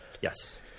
Yes